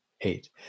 eight